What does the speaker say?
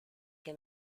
que